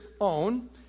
own